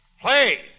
Play